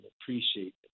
appreciate